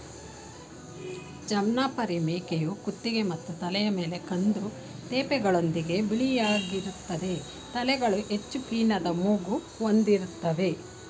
ಜಮ್ನಾಪರಿ ಮೇಕೆಯು ಕುತ್ತಿಗೆ ಮತ್ತು ತಲೆಯ ಮೇಲೆ ಕಂದು ತೇಪೆಗಳೊಂದಿಗೆ ಬಿಳಿಯಾಗಿರ್ತದೆ ತಲೆಗಳು ಹೆಚ್ಚು ಪೀನದ ಮೂಗು ಹೊಂದಿರ್ತವೆ